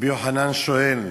רבי יוחנן שואל,